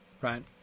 right